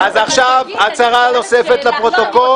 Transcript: אז עכשיו הצהרה נוספת לפרוטוקול.